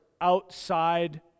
outside